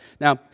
Now